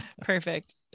Perfect